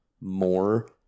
more